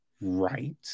right